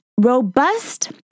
robust